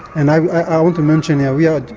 and i ought to mention, yeah yeah